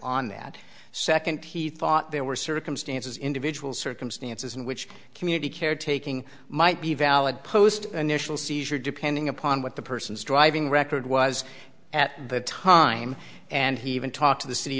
on that second he thought there were circumstances individual circumstances in which community care taking might be valid post initial seizure depending upon what the person's driving record was at the time and he even talked to the city